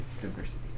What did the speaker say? Diversity